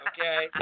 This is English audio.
Okay